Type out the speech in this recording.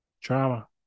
Drama